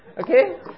okay